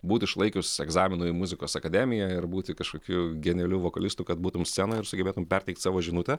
būt išlaikius egzaminų į muzikos akademiją ir būti kažkokių genialiu vokalistu kad būtum scenoj ir sugebėtum perteikt savo žinutę